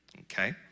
Okay